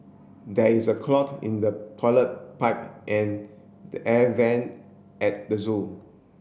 there is a clog in the toilet pipe and the air vent at the zoo